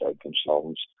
consultants